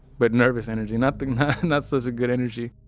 but nervous energy, nothing, not such a good energy